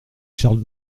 charles